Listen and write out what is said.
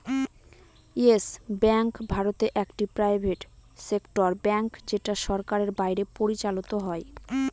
yes Bank ভারতে একটি private sector bank যেটা সরকারের বাইরে পরিচালত হয়